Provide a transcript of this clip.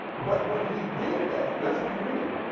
but when he did that, let's be real.